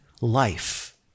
life